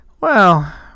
Well